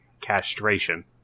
castration